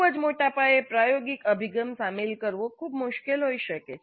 ખૂબ જ મોટા પાયે પ્રાયોગિક અભિગમ શામેલ કરવો ખૂબ મુશ્કેલ હોઈ શકે છે